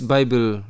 Bible